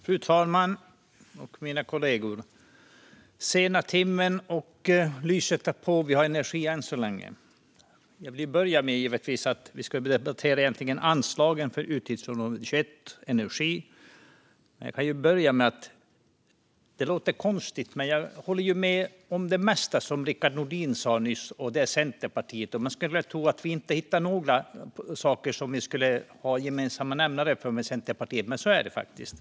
Fru talman och mina kollegor! Timmen är sen, och lyset är på. Vi har energi än så länge. Vi ska debattera anslagen för utgiftsområde 21 Energi. Det låter konstigt, men jag håller med om det mesta som Rickard Nordin från Centerpartiet sa nyss. Man skulle kunna tro att det inte går att hitta några saker som Vänsterpartiet har gemensamt med Centerpartiet, men så är det faktiskt.